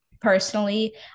personally